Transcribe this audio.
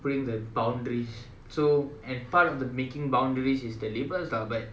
putting the boundaries so and part of the making boundaries is the labels lah but